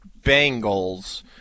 Bengals